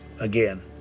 Again